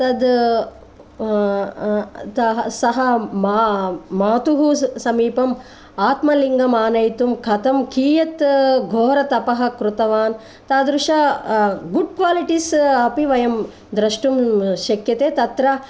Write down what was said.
तत् ताः सः मा मातुः समीपम् आत्मलिङ्गम् आनयितुं कथं कीयत् घोरतपः कृतवान् तादृश गुड् क्वालिटीस् अपि वयं द्रष्टुं शक्यते तत्र